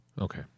Okay